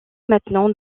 maintenant